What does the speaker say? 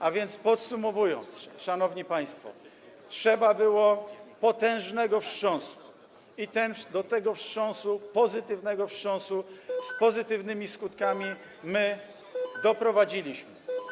A więc podsumowując, szanowni państwo, trzeba było potężnego wstrząsu i do tego wstrząsu, pozytywnego wstrząsu, z pozytywnymi skutkami, my doprowadziliśmy.